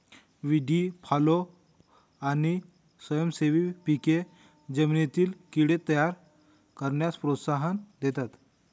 व्हीडी fallow आणि स्वयंसेवी पिके जमिनीतील कीड़े तयार करण्यास प्रोत्साहन देतात